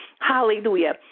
Hallelujah